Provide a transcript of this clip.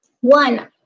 One